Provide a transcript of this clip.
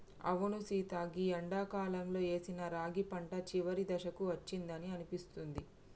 అవును సీత గీ ఎండాకాలంలో ఏసిన రాగి పంట చివరి దశకు అచ్చిందని అనిపిస్తుంది